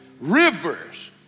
rivers